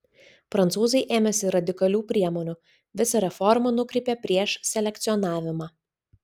prancūzai ėmėsi radikalių priemonių visą reformą nukreipė prieš selekcionavimą